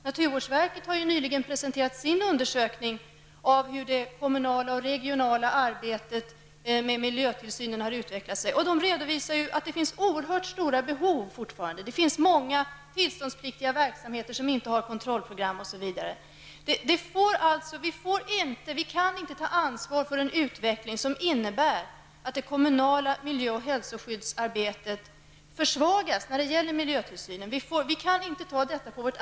Naturvårdsverket har nyligen presenterat sin undersökning av hur det kommunala och regionala arbetet med miljötillsynen har utvecklats, och redovisar att det fortfarande finns oerhört stora behov. Det finns många tillståndspliktiga verksamheter som saknar kontrollprogram, osv. Vi kan inte ta på vårt ansvar inför alla som lever nu och inför kommande generationer att det kommunala miljö och hälsoskyddsarbetet försvagas när det gäller miljötillsynen.